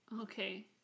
Okay